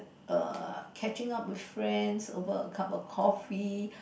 err catching up with friends over a cup of coffee